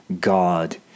God